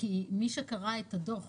כי מי שקרא את הדוח